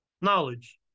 Knowledge